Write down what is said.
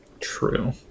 True